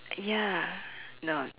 ya no